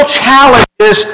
challenges